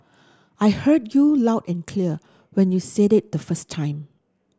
I heard you loud and clear when you said it the first time